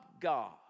God